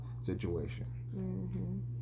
situation